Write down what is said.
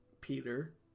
Peter